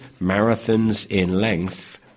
marathons-in-length